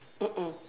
mm mm